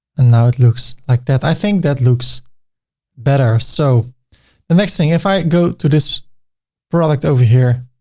and now it looks like that. i think that looks better. so the next thing, if i go to this product over here,